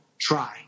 Try